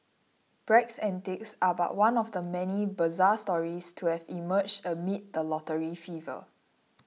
Bragg's antics are but one of the many bizarre stories to have emerged amid the lottery fever